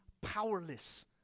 powerless